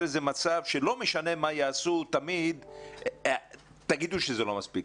מצב שלא משנה מה יעשו תמיד תגידו שזה לא מספיק.